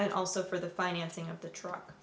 and also for the financing of the truck